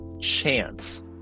chance